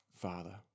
Father